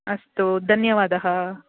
अस्तु धन्यवादः